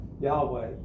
Yahweh